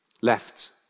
left